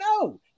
no